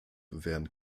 während